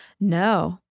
No